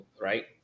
right